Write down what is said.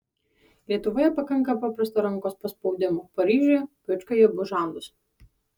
lietuvoje pakanka paprasto rankos paspaudimo paryžiuje bučkio į abu žandus